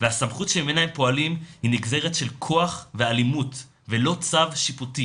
והסמכות שממנה הם פועלים היא נגזרת של כוח ואלימות ולא צו שיפוטי.